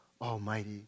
Almighty